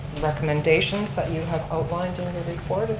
recommendations that you have outlined in your report.